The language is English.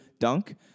dunk